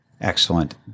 Excellent